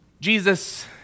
Jesus